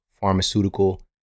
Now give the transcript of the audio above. pharmaceutical